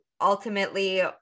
ultimately